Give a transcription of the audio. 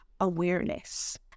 awareness